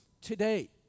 today